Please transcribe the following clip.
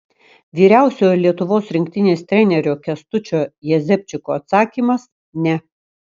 vyriausiojo lietuvos rinktinės trenerio kęstučio jezepčiko atsakymas ne